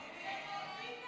איתן ברושי,